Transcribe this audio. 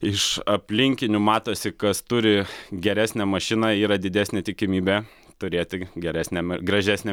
iš aplinkinių matosi kas turi geresnę mašiną yra didesnė tikimybė turėti geresnę gražesnę